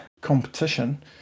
competition